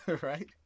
Right